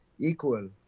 equal